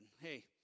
hey